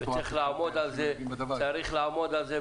צריך לעמוד על זה.